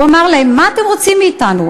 הוא אמר להם: מה אתם רוצים מאתנו,